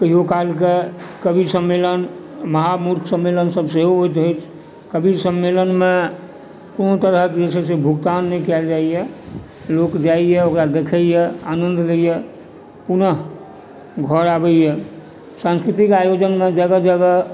कहियो कालकऽ कवि सम्मेलन महामूर्ख सम्मेलन सभ सेहो होइत अछि कबीर सम्मेलनमे कोनो तरहके जे छै से भुगतान नहि कयल जाइया लोक जाइया ओकरा देखैए आनन्द लैए पुन घर आबैए सांस्कृतिक आयोजन लए जगह जगह